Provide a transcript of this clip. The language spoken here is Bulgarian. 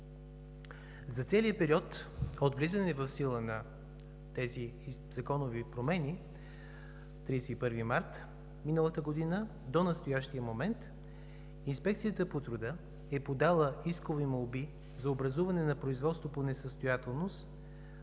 За целия период от влизане в сила на тези законови промени – от 31 март миналата година до настоящия момент, Инспекцията по труда е подала искови молби за образуване на производство по несъстоятелност